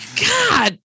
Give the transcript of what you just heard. God